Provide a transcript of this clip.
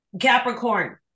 Capricorn